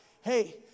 Hey